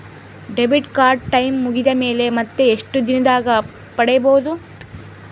Debit card time ಮುಗಿದ ಮೇಲೆ ಮತ್ತೆ ಎಷ್ಟು ದಿನದಾಗ ಪಡೇಬೋದು?